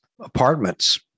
apartments